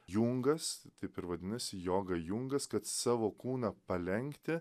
jungas taip ir vadinasi joga jungas kad savo kūną palenkti